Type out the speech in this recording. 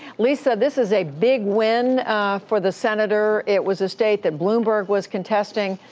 lisa, this is a big win for the senator. it was a state that bloomberg was contesting.